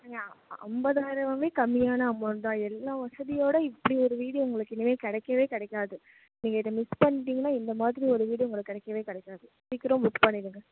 ஏங்க ஐம்பதனாயிரமாவே கம்மியான அமௌன்ட் தான் எல்லாம் வசதியோடு இப்படி ஒரு வீடு உங்களுக்கு இனிமேல் கிடைக்கவே கிடைக்காது நீங்கள் இதை மிஸ் பண்ணிட்டிங்கனா இந்த மாதிரி ஒரு வீடு உங்களுக்கு கிடைக்கவே கிடைக்காது சீக்கிரம் புக் பண்ணிவிடுங்க